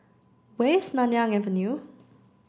where is Nanyang Avenue